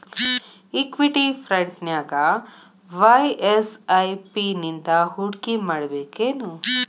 Equity ಫ್ರಂಟ್ನ್ಯಾಗ ವಾಯ SIP ನಿಂದಾ ಹೂಡ್ಕಿಮಾಡ್ಬೆಕೇನು?